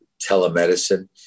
Telemedicine